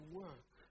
work